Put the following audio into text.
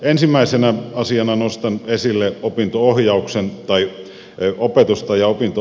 ensimmäisenä asiana nostan esille opetuksen ja opinto ohjauksen